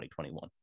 2021